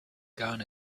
gone